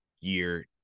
year